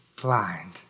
blind